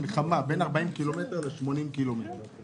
מלחמה בין 40 קילומטר ל-80 קילומטר.